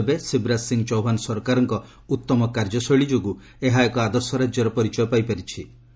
କିନ୍ତୁ ଏବେ ଶିବରାଜ ସିଂ ଚୌହାନ୍ ସରକାରଙ୍କ ଉତ୍ତମ କାର୍ଯ୍ୟଶୈଳୀ ଯୋଗୁଁ ଏହା ଏକ ଆଦର୍ଶ ରାଜ୍ୟର ପରିଚୟ ପାଇପାରିଛି